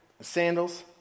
sandals